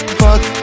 fuck